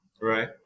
Right